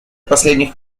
последних